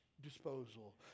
disposal